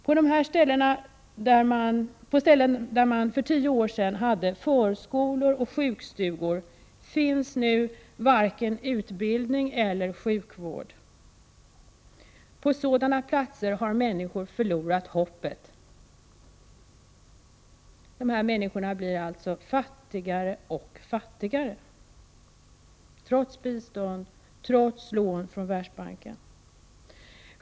På ställen där man för tio år sedan hade förskolor och sjukstugor finns nu varken utbildning eller sjukvård. På sådana platser har människorna förlorat hoppet. Dessa människor blir alltså fattigare och fattigare, trots bistånd och trots lån från Världsbanken.